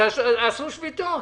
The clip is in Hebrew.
שעשו שביתות.